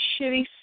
shitty